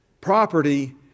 property